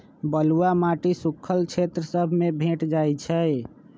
बलुआ माटी सुख्खल क्षेत्र सभ में भेंट जाइ छइ